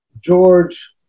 George